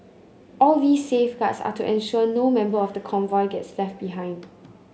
all these safeguards are to ensure no member of the convoy gets left behind